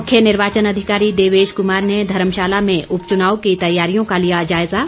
मुख्य निर्वाचन अधिकारी देवेश कुमार ने धर्मशाला में उपचुनाव की तैयारियों का लिया जायजा